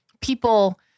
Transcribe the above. people